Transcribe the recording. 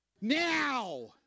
Now